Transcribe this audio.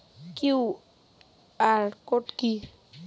QR code কি?